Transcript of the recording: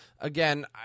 Again